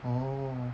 orh